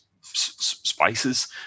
spices